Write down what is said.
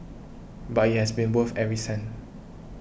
but it has been worth every cent